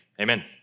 amen